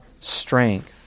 strength